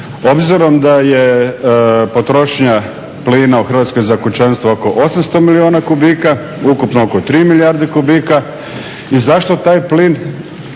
obzirom da je potrošnja plina u Hrvatskoj za kućanstvo oko 800 milijuna kubika, ukupno oko 3 milijarde kubika i zašto taj plin